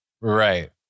Right